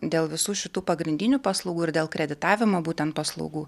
dėl visų šitų pagrindinių paslaugų ir dėl kreditavimo būtent paslaugų